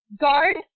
Guard